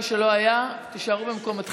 מי שלא היה, תישארו במקומותיכם.